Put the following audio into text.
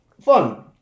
fun